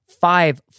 five